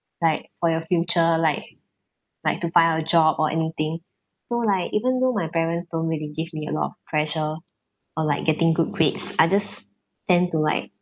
like for your future like like to find a job or anything so like even though my parents don't really give me a lot of pressure for like getting good grades I just tend to like